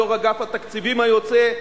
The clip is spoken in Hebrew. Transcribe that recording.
יושב-ראש אגף התקציבים היוצא,